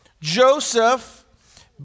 Joseph